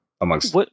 amongst